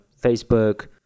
Facebook